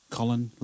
Colin